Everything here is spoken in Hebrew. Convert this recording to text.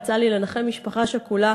יצא לי לנחם משפחה שכולה,